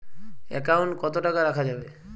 Account কত টাকা রাখা যাবে?